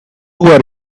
wear